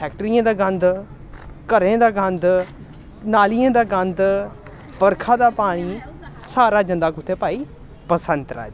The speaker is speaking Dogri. फैक्ट्रियें दा गंद घरें दा गंद नालियें दा गंद बरखा दा पानी सारा जंदा कु'त्थै भाई बसंतरा च